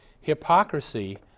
Hypocrisy